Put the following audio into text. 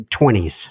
20s